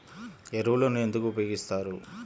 ఎరువులను ఎందుకు ఉపయోగిస్తారు?